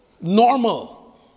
normal